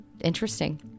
interesting